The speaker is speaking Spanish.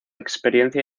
experiencia